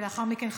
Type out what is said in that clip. ולאחר מכן,